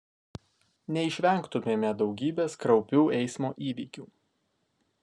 neišvengtumėme daugybės kraupių eismo įvykių